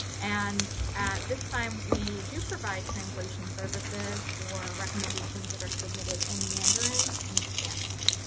and at this time, we do provide translation services for recommendations that are submitted in mandarin and spanish.